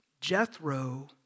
Jethro